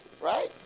right